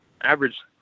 average –